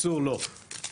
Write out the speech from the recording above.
בקיצור לא.